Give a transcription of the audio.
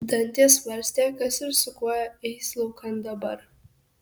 dantė svarstė kas ir su kuo eis laukan dabar